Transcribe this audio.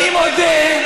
אני מודה,